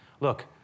look